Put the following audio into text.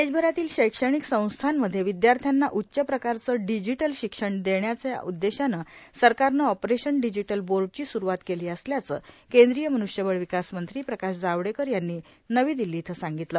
देशभरातील शैक्षणिक संस्थांमध्ये विदयाश्र्यांना उच्च प्रकारचं डिजीटल शिक्षण देण्याचा उद्देशानं सरकारनं ऑपरेशन डिजीटल बोर्डची स्रूवात केली असल्याचं केंद्रीय मन्ष्यबळ विकास मंत्री प्रकाश जावडेकर यांनी नवी दिल्ली इथं सांगितलं